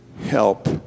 help